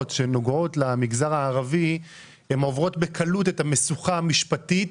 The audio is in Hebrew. שנוגעות למגזר הערבי הן עוברות בקלות את המשוכה המשפטית.